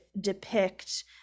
depict